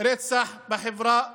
רצח בחברה הערבית.